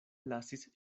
lasis